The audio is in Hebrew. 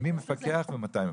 מי מפקח ומתי מפקחים?